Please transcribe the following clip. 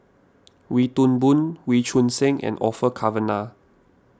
Wee Toon Boon Wee Choon Seng and Orfeur Cavenagh